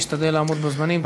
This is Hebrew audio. להשתדל לעמוד בזמנים.